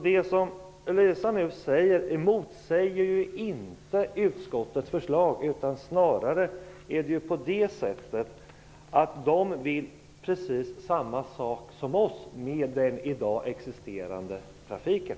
Det som Elisa Abascal Reyes säger motsäger inte utskottets förslag, snarare är det på det sättet att man vill precis samma sak som vi med den i dag existerande trafiken.